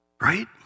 Right